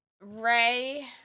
Ray